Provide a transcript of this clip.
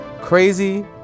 Crazy